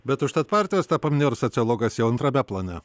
bet užtat partijos tą paminėjo ir sociologas jau antrame plane